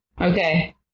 okay